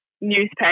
newspaper